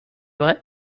vrai